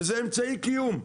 זה אמצעי חינוך.